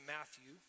Matthew